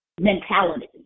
mentality